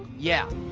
yeah,